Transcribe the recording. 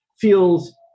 feels